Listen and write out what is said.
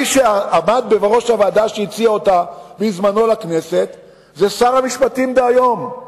מי שעמד בראש הוועדה שהציעה אותה בזמנו לכנסת זה שר המשפטים דהיום,